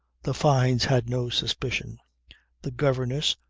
the fynes had no suspicion the governess,